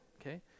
okay